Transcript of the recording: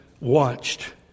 watched